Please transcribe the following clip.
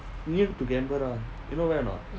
near to canberra you know where a not